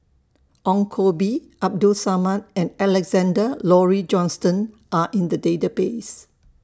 Ong Koh Bee Abdul Samad and Alexander Laurie Johnston Are in The Database